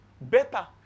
better